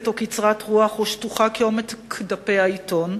או קצרת רוח או שטוחה כעומק דפי העיתון.